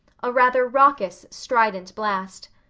a rather raucous, strident blast.